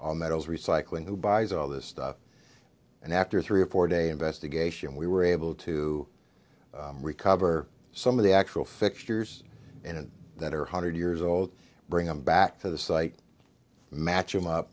all metals recycling who buys all this stuff and after three or four day investigation we were able to recover some of the actual fixtures and that are hundred years old bring him back to the site match him up